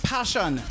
Passion